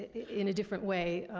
in a different way,